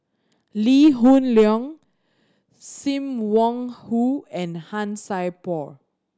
Lee Hoon Leong Sim Wong Hoo and Han Sai Por